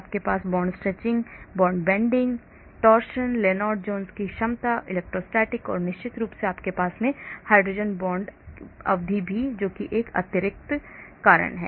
आपके पास bond stretching bond झुकने मरोड़ लेनार्ड जोन्स की क्षमता इलेक्ट्रोस्टैटिक और निश्चित रूप से आपके पास हाइड्रोजन बांड अवधि भी है जो एक अतिरिक्त है